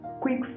quick